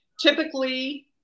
Typically